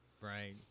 Right